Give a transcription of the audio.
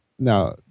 Now